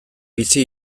bizi